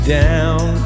down